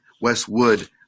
Westwood